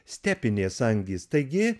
stepinės angys taigi